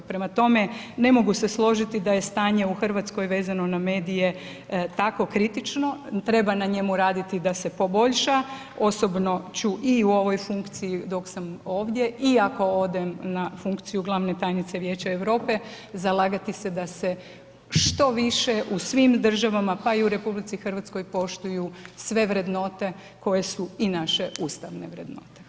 Prema tome, ne mogu se složiti da je stanje u Hrvatskoj vezano na medije tako kritično, treba na njemu raditi da se poboljša, osobno ću i u ovoj funkciji dok sam ovdje i ako odem na funkciju glavne tajnice Vijeća Europe zalagati se da se što više u svim državama, pa i u RH poštuju sve vrednote koje su i naše ustavne vrednote.